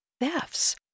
thefts